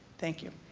thank you.